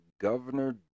governor